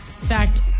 fact